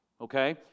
okay